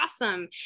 awesome